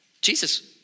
Jesus